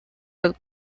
los